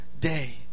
day